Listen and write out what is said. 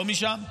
לא משם,